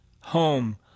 home